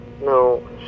No